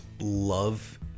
love